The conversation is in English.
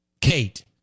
Kate